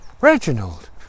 Reginald